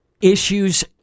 issues